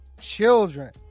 children